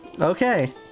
Okay